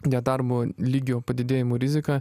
nedarbo lygio padidėjimų rizika